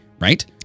Right